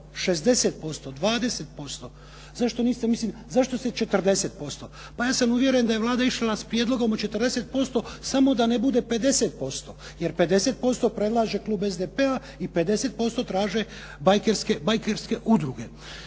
60%, 20%? Zašto niste, mislim, zašto ste 40%? Pa ja sam uvjeren da je Vlada išla sa prijedlogom od 40% samo da ne bude 50%, jer 50% predlaže klub SDP-a i 50% traže bajkerske udruge.